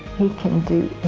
you can do